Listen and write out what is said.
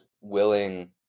willing